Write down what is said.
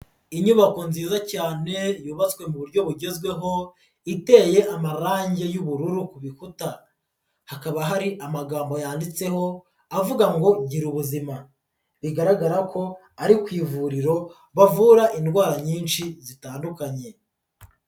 Inyubako nziza cyane yubatswe mu buryo bugezweho iteye amarangi y'ubururu ku bikuta, hakaba hari amagambo yanditseho avuga ngo gira ubuzima bigaragara ko ari ku ivuriro bavura indwara nyinshi zitandukanye.